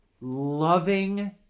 loving